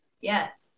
Yes